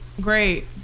Great